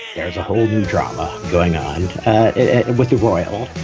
there's a whole new drama going on with the royal